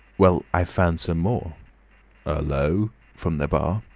well, i've found some more ul-lo! from the bar.